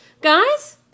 guys